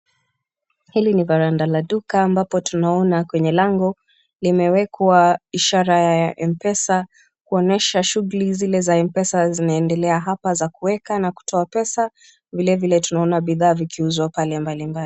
Hili ni varanda la duka ambapo tunaona kwenye lango liwekwa ishara ya mpesa kuonyesha shughuli za mpesa zinaendelea hapa za kuweka na kutoa pesa vile vile tunaona bidhaa vikuuzwa pale mbalimbali.